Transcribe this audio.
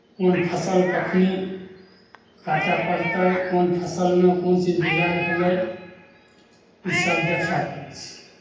कोन फसल कखनि काटय पड़तै कोन फसलमे कोन चीज बिगड़ि होलै इसभ देखय पड़ै छै